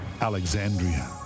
Alexandria